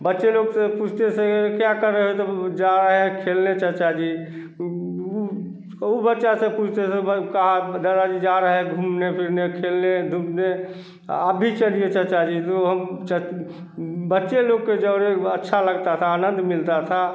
बच्चे लोग से पूछते से क्या कर रहे हो तो जा रहे हैं खेलने चाचा जी उ बच्चा से पूछते से भाई कहाँ दादा जी जा रहे है घूमने फिरने खेलने दूबने आप भी चलिए चाचा जी तो हम बच्चे लोग के जौरे एकबार अच्छा लगता था आनंद मिलता था